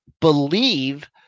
believe